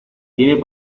tiene